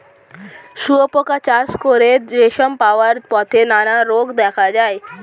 শুঁয়োপোকা চাষ করে রেশম পাওয়ার পথে নানা রোগ দেখা দেয়